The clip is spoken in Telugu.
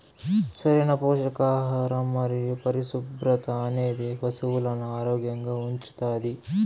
సరైన పోషకాహారం మరియు పరిశుభ్రత అనేది పశువులను ఆరోగ్యంగా ఉంచుతాది